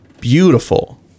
beautiful